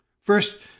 First